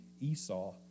Esau